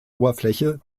oberfläche